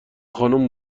خانم